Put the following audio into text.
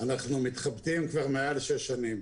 אנחנו מתחבטים כבר מעל שש, שבע שנים.